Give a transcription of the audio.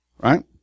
Right